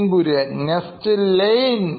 Nithin Kurian COO Knoin Electronics next line